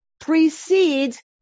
precedes